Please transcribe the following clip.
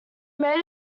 made